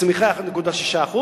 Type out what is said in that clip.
הצמיחה 1.6%,